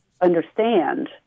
understand